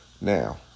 Now